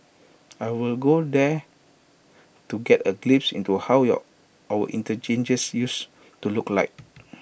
I will go there to get A glimpse into how our interchanges used to look like